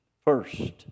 first